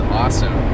awesome